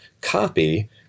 copy